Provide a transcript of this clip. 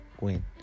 win